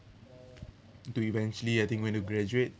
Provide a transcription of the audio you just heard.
to eventually I think went to graduate